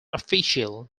official